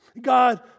God